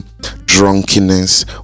drunkenness